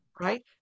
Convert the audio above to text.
Right